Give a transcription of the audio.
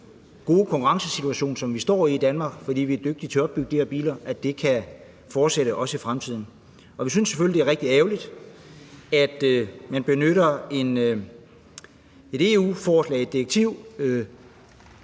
gode konkurrencesituation, som vi står i i Danmark, fordi vi er dygtige til at opbygge de her biler, vil fortsætte også i fremtiden. Vi synes selvfølgelig, det er rigtigt ærgerligt, at man her udnytter et EU-direktiv,